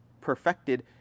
perfected